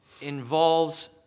involves